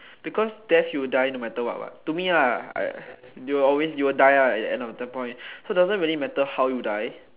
because death you will die no matter what what to me lah I you will always you will die ah at the end of the point so it doesn't really matter how you die